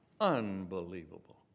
Unbelievable